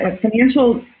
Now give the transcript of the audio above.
financial